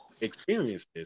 experiences